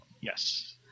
yes